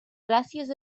gràcies